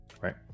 right